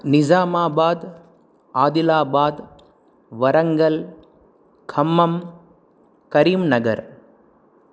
Nizamabad Adilabad Warangal Khammam Karimnagar